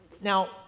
Now